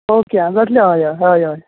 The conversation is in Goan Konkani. ओके आं जातले हय हय हय हय